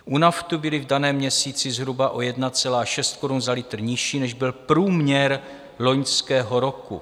U nafty byly v daném měsíci zhruba o 1,6 korun za litr nižší, než byl průměr loňského roku.